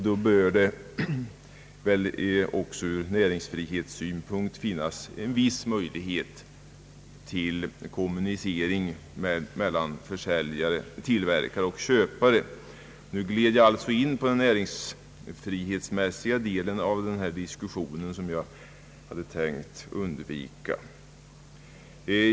Då bör det också ur näringsfrihetssynpunkt finnas en viss möjlighet för dem till kommunicering mellan tillverkare, försäljare och köpare — nu gled jag alltså in på den näringsfrihetsmässiga delen av denna diskussion som jag hade tänkt undvika.